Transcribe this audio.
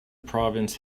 province